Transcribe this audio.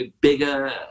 bigger